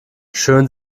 schön